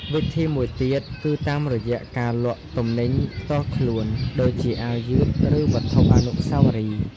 វិធីមួយទៀតគឺតាមរយៈការលក់ទំនិញផ្ទាល់ខ្លួនដូចជាអាវយឺតឬវត្ថុអនុស្សាវរីយ៍។